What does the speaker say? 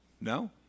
No